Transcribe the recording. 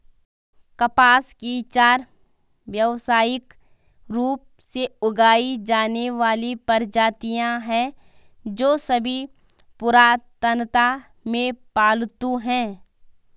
कपास की चार व्यावसायिक रूप से उगाई जाने वाली प्रजातियां हैं, जो सभी पुरातनता में पालतू हैं